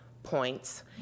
points